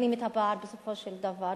מגדילים את הפער, בסופו של דבר?